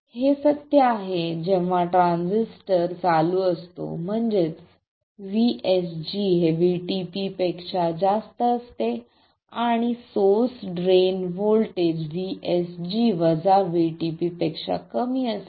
हे सत्य आहे जेव्हा ट्रान्झिस्टर चालू असतो म्हणजेच VSG हे Vtp पेक्षा जास्त असते आणि सोर्स ड्रेन व्होल्टेज VSG वजा Vtp पेक्षा कमी असते